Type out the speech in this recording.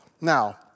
Now